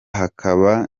hakaba